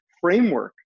framework